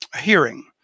hearing